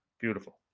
Beautiful